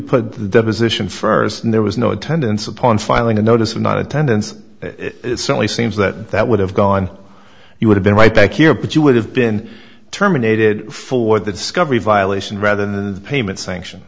put the deposition first and there was no attendance upon finding a notice of not attendance it certainly seems that that would have gone you would have been right back here but you would have been terminated for the discovery violation rather than the payment sanction